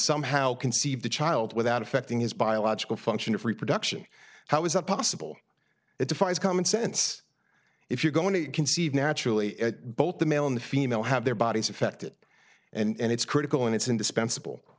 somehow conceived the child without affecting his biological function of reproduction how is it possible it defies common sense if you're going to conceive naturally both the male and female have their bodies affected and it's critical and it's indispensable